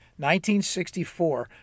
1964